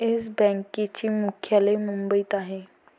yes बँकेचे मुख्यालय मुंबईत आहे